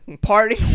Party